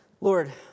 Lord